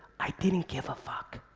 i didn't give a fuck.